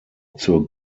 zur